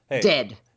Dead